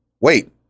wait